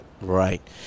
Right